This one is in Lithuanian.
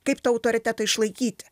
kaip tą autoritetą išlaikyti